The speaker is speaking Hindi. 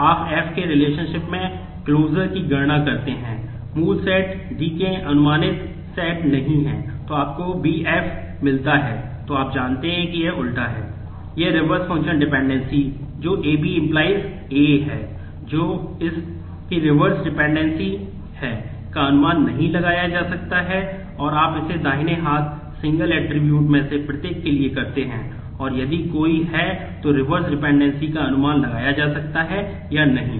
तो आप F के रिलेशनशिप का अनुमान लगाया जा सकता है या नहीं